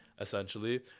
essentially